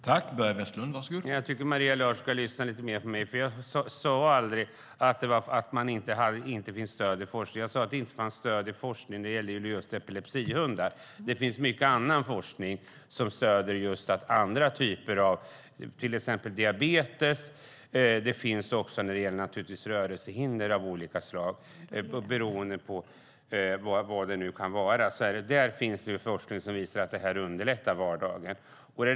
Herr talman! Jag tycker att Maria Larsson ska lyssna lite mer på mig. Jag sade inte att det inte finns stöd i forskningen. Jag sade att det inte finns stöd i forskningen när det gäller just epilepsihundar. Det finns mycket forskning som stöder användningen av hundar vid till exempel diabetes och naturligtvis vid rörelsehinder av olika slag. Där finns forskning som visar att det underlättar vardagen.